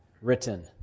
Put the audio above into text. written